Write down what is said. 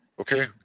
Okay